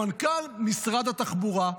למנכ"ל משרד התחבורה.